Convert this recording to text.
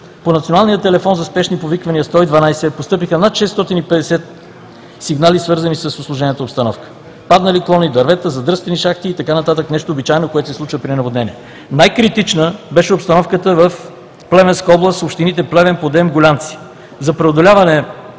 по Националния телефон за спешни повиквания 112 постъпиха над 650 сигнала, свързани с усложнената обстановка – паднали клони, дървета, задръстени шахти и така нататък, нещо обичайно, което се случва при наводнения. Най-критична беше обстановката в Плевенска област – общините Плевен, Подем, Гулянци. За преодоляване